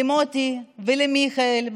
למוטי ולמיכאל,